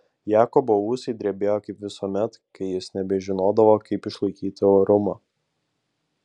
jakobo ūsai drebėjo kaip visuomet kai jis nebežinodavo kaip išlaikyti orumą